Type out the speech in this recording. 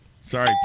Sorry